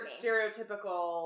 stereotypical